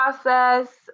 process